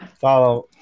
follow